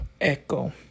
Echo